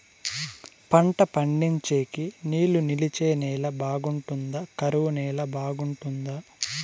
పంట పండించేకి నీళ్లు నిలిచే నేల బాగుంటుందా? కరువు నేల బాగుంటుందా?